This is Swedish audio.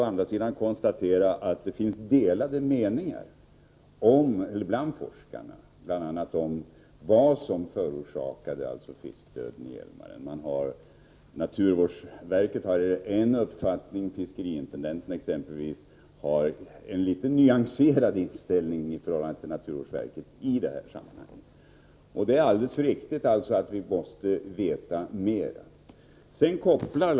Å andra sidan skall man väl konstatera att det finns delade meningar bland forskarna bl.a. om vad som förorsakade fiskdöden i Hjälmaren. Naturvårdsverket har i det här sammanhanget en uppfattning, och exempelvis fiskeriintendenten har en i förhållande till denna något mer nyanserad inställning. Men det är riktigt att vi måste skaffa oss mer kunskaper.